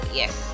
yes